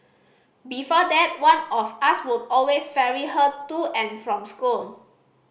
before that one of us would always ferry her to and from school